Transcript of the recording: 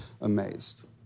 amazed